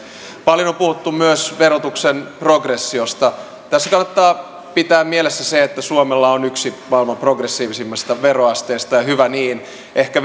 paljon on puhuttu myös verotuksen progressiosta tässä kannattaa pitää mielessä se että suomella on yksi maailman progressiivisimmista veroasteista ja hyvä niin ehkä